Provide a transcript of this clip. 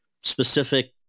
specific